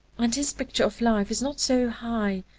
and his picture of life is not so high,